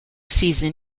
season